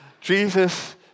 Jesus